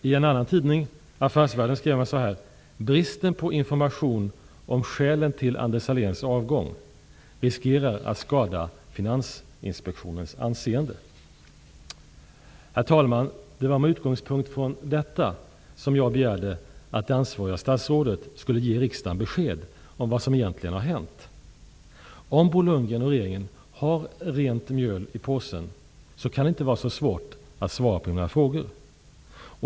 I tidningen Affärsvärlden skrev han att bristen på information om skälen till Anders Sahléns avgång riskerar att skada Finansinspektionens anseende. Herr talman! Det var med utgångspunkt i detta som jag begärde att det ansvariga statsrådet skulle ge riksdagen besked om vad som egentligen har hänt. Om Bo Lundgren och regeringen har rent mjöl i påsen kan det inte vara så svårt att svara på mina frågor.